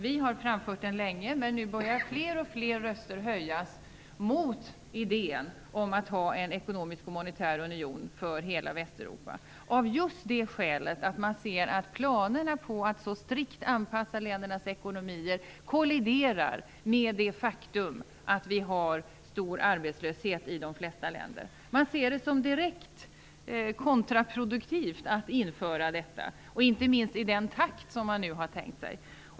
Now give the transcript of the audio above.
Vi har framfört den länge, men nu börjar fler och fler röster höjas mot idén att ha en ekonomisk och monetär union för hela Västeuropa av just det skälet att man ser att planerna på att så strikt anpassa ländernas ekonomier kolliderar med det faktum att vi har stor arbetslöshet i de flesta länder. Man ser det som direkt kontraproduktivt att införa detta. Inte minst i den takt som man nu har tänkt sig.